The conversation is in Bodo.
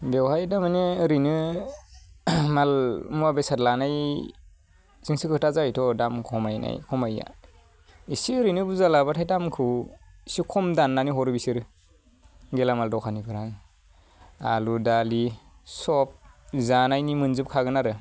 बेवहाय थारमाने ओरैनो माल मुवा बेसाद लानायजोंसो खोथा जायोथ' दाम खमायनाय खमायैया इसे ओरैनो बुरजा लाबाथाय दामखौ इसे खम दान्नानै हरो बिसोरो गेलामाल द'खानिफ्रा आलु दालि सब जानायनि मोनजोबखागोन आरो